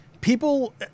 people